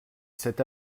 cet